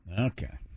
Okay